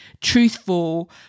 truthful